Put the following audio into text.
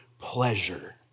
pleasure